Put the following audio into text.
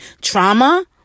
Trauma